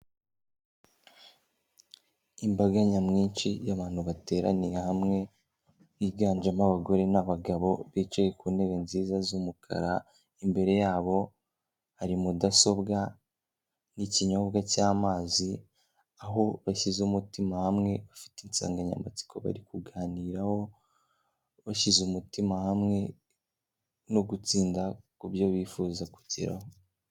Imbaga nyamwinshi y'abantu bateraniye hamwe, higanjemo abagore n'abagabo, bicaye ku ntebe nziza z'umukara, imbere yabo hari mudasobwa n'ikinyobwa cy'amazi, aho bashyize umutima hamwe, bafite insanganyamatsiko bari kuganiraho, bashyize umutima hamwe no gutsinda ku byo bifuza kugeraho.